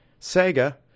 Sega